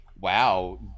Wow